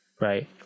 Right